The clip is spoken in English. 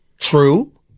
True